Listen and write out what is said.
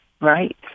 right